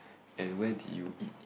and where did you eat